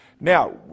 Now